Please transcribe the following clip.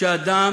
שאדם